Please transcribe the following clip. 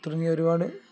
തുടങ്ങി ഒരുപാട്